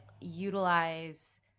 utilize